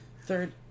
Third